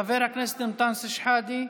חבר הכנסת אנטאנס שחאדה,